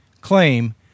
claim